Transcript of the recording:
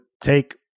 take